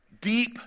deep